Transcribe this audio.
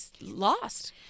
lost